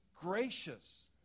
gracious